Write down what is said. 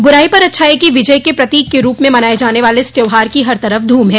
बुराई पर अच्छाई की विजय के प्रतीक के रूप में मनाये जाने वाले इस त्यौहार की हर तरफ धूम है